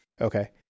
Okay